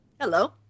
Hello